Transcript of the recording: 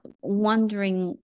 wondering